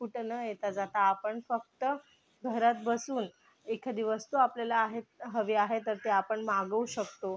कुठं न येता जाता आपण फक्त घरात बसून एखादी वस्तू आपल्याला आहे हवी आहे तर ते आपण मागवू शकतो